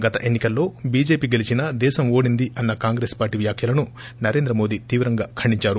గత ఎన్ని కల్లో చీజేపీ గెలిచినా దశం ఓడ్ంది అన్న కాంగ్రెస్ పార్టీ వ్యాఖ్యలను నరేంద్ర మోదీ తీవ్రంగా ఖండిందారు